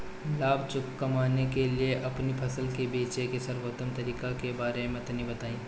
लाभ कमाने के लिए अपनी फसल के बेचे के सर्वोत्तम तरीके के बारे में तनी बताई?